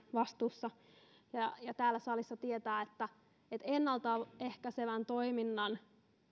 vastuussa kuntapäättäjänä ja täällä salissa tietää että että ennalta ehkäisevän toiminnan